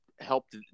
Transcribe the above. helped